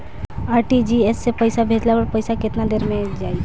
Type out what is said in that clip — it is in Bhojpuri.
आर.टी.जी.एस से पईसा भेजला पर पईसा केतना देर म जाई?